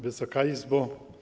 Wysoka Izbo!